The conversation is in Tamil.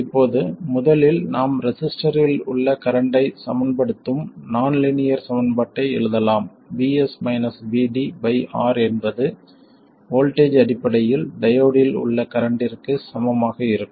இப்போது முதலில் நாம் ரெசிஸ்டரில் உள்ள கரண்ட்டை சமன்படுத்தும் நான் லீனியர் சமன்பாட்டை எழுதலாம் R என்பது வோல்ட்டேஜ் அடிப்படையில் டயோடில் உள்ள கரண்ட்டிற்கு சமமாக இருக்கும்